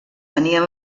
tenien